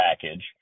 package